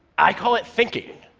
i call it thinking.